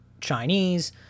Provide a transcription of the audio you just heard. Chinese